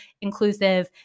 inclusive